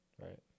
Right